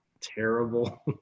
terrible